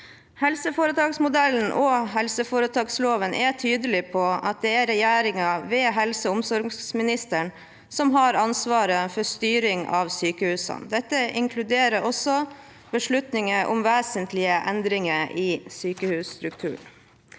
Helseforetaksmodellen og helseforetaksloven er tydelig på at det er regjeringen, ved helse- og omsorgsministeren, som har ansvaret for styring av sykehusene. Dette inkluderer også beslutninger om vesentlige endringer i sykehusstrukturen.